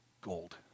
gold